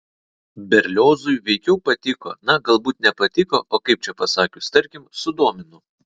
berliozui veikiau patiko na galbūt ne patiko o kaip čia pasakius tarkim sudomino